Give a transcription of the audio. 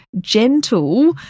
gentle